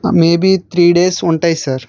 maybe three days ఉంటాయి sir